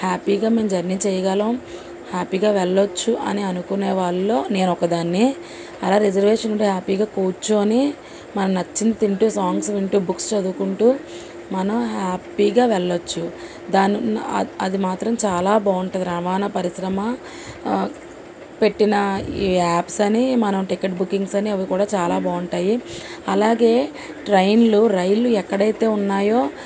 హ్యాపీగా మేము జర్నీ చేయగలం హ్యాపీగా వెళ్ళొచ్చు అని అనుకునే వాళ్ళలో నేను ఒకదాన్ని అలా రిజర్వేషన్ ఉంటే హ్యాపీగా కూర్చొని మన నచ్చింది తింటూ సాంగ్స్ వింటూ బుక్స్ చదువుకుంటూ మనం హ్యాపీగా వెళ్ళచ్చు దాన్ని అది మాత్రం చాలా బాగుంటుంది రవాణా పరిశ్రమ పెట్టిన ఈ యాప్స్ అని మనం టికెట్ బుకింగ్స్ అని అవి కూడా చాలా బాగుంటాయి అలాగే ట్రైన్లు రైళ్ళు ఎక్కడైతే ఉన్నాయో